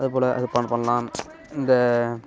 அதுபோல ஏற்பாடு பண்ணலாம் இந்த